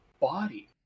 body